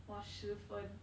was 十分